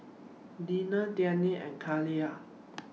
Deneen Dayna and Kayley